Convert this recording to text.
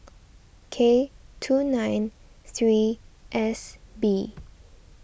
K two nine three S B